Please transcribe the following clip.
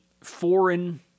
foreign